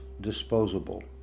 disposable